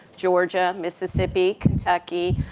georgia, mississippi, kentucky,